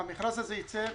שהמכרז הזה יצא במשולב.